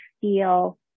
feel